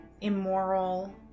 immoral